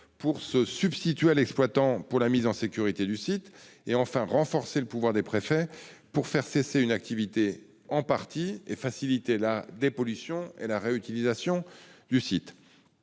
de se substituer à l'exploitant pour la mise en sécurité du site. Enfin, nous renforcerons le pouvoir des préfets pour faire cesser une activité en partie, et faciliter la dépollution et la réutilisation du site.